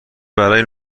برای